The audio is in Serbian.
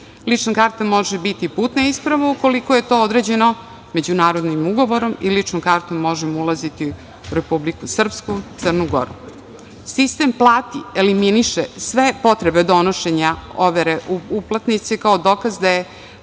karta može biti putna isprava, ukoliko je to određeno međunarodnim ugovorom i ličnom kartom možemo ulaziti u Republiku Srpsku i Crnu Goru. Sistem – plati, eliminiše sve potrebe donošenja overe, uplatnice kao dokaz da je